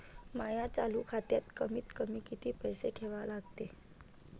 माया चालू खात्यात कमीत कमी किती पैसे ठेवा लागते?